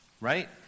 right